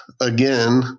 again